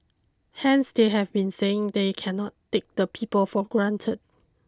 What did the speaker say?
hence they have been saying they cannot take the people for granted